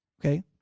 Okay